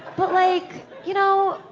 but like, you know,